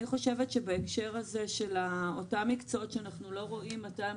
אני חושבת שבהקשר של אותם מקצועות שאנחנו לא רואים מתי הם